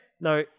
Now